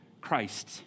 Christ